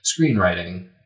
screenwriting